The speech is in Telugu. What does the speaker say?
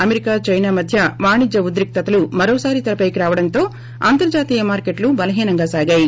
అమెరికా చైనా మధ్య వాణిజ్య ఉద్రిక్తతలు మరోసారి తెరపైకి రావడంతో అంతర్జాతీయ మార్కెట్లు బలహీనంగా సాగాయి